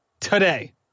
Today